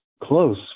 close